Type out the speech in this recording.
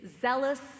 zealous